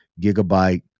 gigabyte